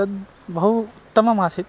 तद् बहु उत्तममासीत्